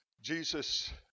Jesus